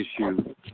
issue